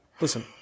Listen